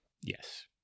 Yes